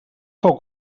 fou